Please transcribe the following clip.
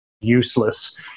Useless